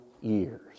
years